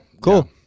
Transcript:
cool